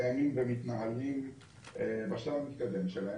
אבל יש פה סוגיה שאני מרגישה שצריך פה את הלחץ של הוועדה.